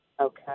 Okay